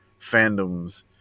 fandoms